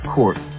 Court